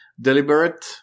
Deliberate